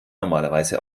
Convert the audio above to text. normalerweise